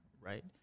right